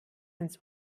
ins